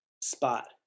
spot